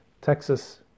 Texas